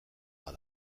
bat